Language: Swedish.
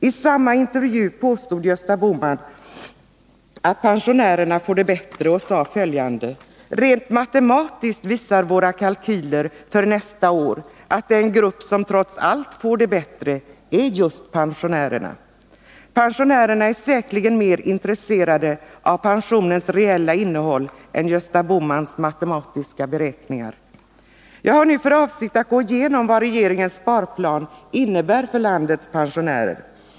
I samma intervju påstod Gösta Bohman att pensionärerna får det bättre och sade följande: ”Rent matematiskt visar våra kalkyler för nästa år att den grupp som trots allt får det bättre är just pensionärerna.” Pensionärerna är säkerligen mer intresserade av pensionens reella innehåll än av Gösta Bohmans matematiska beräkningar. Jag har nu för avsikt att gå igenom vad regeringens sparplan innebär för landets pensionärer.